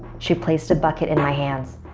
she placed a bucket in my hands.